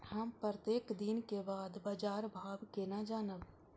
हम प्रत्येक दिन के बाद बाजार भाव केना जानब?